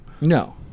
no